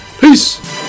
Peace